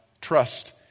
trust